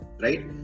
right